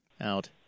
out